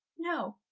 no